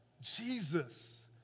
Jesus